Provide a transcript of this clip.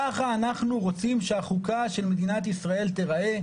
ככה אנחנו רוצים שהחוקה של מדינת ישראל תיראה?